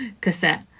cassette